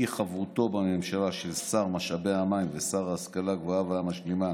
כי חברותו בממשלה של שר משאבי המים ושר ההשכלה הגבוהה והמשלימה